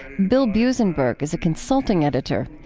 bill buzenburg is a consulting editor.